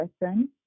person